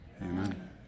Amen